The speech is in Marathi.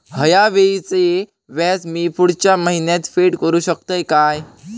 हया वेळीचे व्याज मी पुढच्या महिन्यात फेड करू शकतय काय?